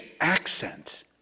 accent